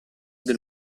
del